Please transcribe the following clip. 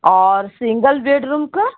اور single bedroom کا